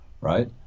right